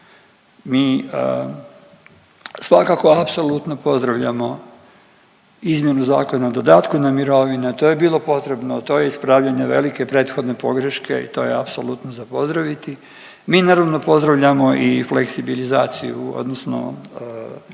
mi svakako apsolutno pozdravljamo izmjenu zakona, dodatku na mirovine, to je bilo potrebno, to je ispravljanje velike prethodne pogreške i to je apsolutno za pozdraviti. Mi naravno pozdravljamo i fleksibilizaciju odnosno, odnosno